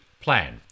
plan